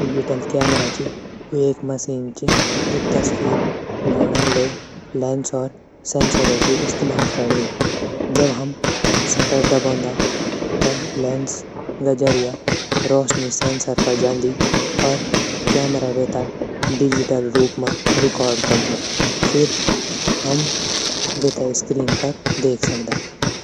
Digital camera च एक machine च तस्वीर लेणो ले लैंस और सेंसर कू इस्तेमाल करदी। जब हम सटर दबौंदा तब लैंस जरिया रोशनी सैंसर पर जांदी अर कैमरा वेथे डिजिटल रूप मा रिकार्ड करदू। फिर हम वेथे स्क्रीन पर देख सकदा।